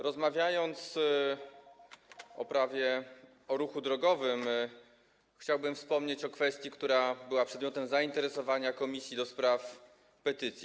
Rozmawiając o Prawie o ruchu drogowym, chciałbym wspomnieć o kwestii, która była przedmiotem zainteresowania Komisji do Spraw Petycji.